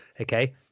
okay